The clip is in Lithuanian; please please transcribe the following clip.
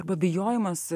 arba bijojimas